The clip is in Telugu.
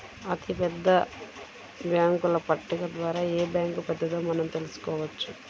అతిపెద్ద బ్యేంకుల పట్టిక ద్వారా ఏ బ్యాంక్ పెద్దదో మనం తెలుసుకోవచ్చు